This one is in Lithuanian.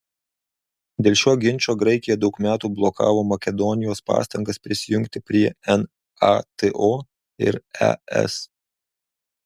dėl šio ginčo graikija daug metų blokavo makedonijos pastangas prisijungti prie nato ir es